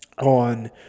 on